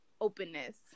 openness